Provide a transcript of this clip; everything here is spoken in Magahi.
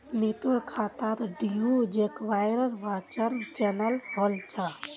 नीतूर खातात डीडीयू जीकेवाईर वाउचर चनई होल छ